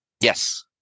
Yes